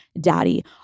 daddy